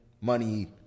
money